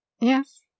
Yes